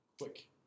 quick